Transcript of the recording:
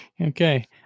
Okay